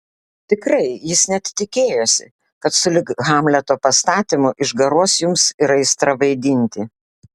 tikrai jis net tikėjosi kad sulig hamleto pastatymu išgaruos jums ir aistra vaidinti